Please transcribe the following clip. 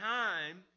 time